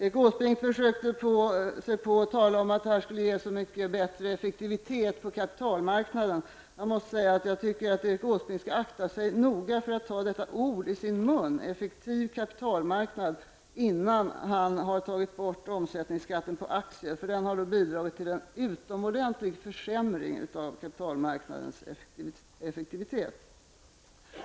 Erik Åsbrink försökte säga att detta skulle skapa en mycket högre effektivitet på kapitalmarknaden. Jag tycker att Erik Åsbrink skall akta sig mycket noga för att ta orden ''en effektiv kapitalmarknad'' i sin mun innan han har tagit bort omsättningsskatten på aktier. Denna skatt har nämligen bidragit till en kraftig försämring av kapitalmarknadens effektivitet.